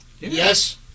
Yes